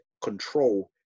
control